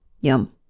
Yum